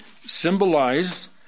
symbolize